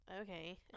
okay